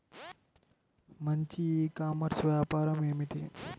మంచి e commerce వ్యాపారం ఏమిటీ?